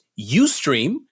Ustream